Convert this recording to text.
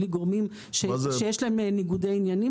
בלי גורמים שיש להם ניגודי עניינים.